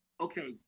okay